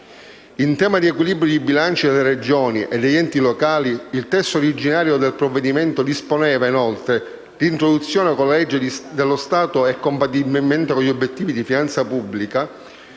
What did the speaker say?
In tema di equilibrio dei bilanci delle Regioni e degli enti locali, il testo originario del provvedimento disponeva, inoltre, l'introduzione, con legge dello Stato e compatibilmente con gli obiettivi di finanza pubblica,